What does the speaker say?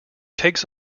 takes